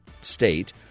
state